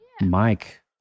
Mike